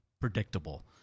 predictable